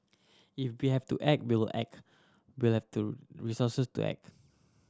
if we have to act we'll act we'll have to resources to act